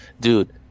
dude